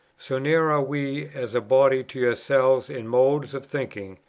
so near are we as a body to yourselves in modes of thinking,